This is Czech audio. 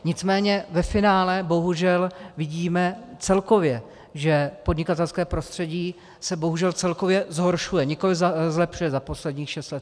Nicméně ve finále bohužel vidíme, celkově, že podnikatelské prostředí se bohužel celkově zhoršuje, nikoliv zlepšuje za posledních šest let.